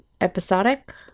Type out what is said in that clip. episodic